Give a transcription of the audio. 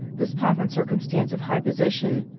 this pomp and circum stance of high position,